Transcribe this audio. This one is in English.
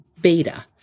beta